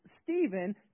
Stephen